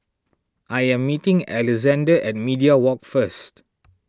I am meeting Alexzander at Media Walk first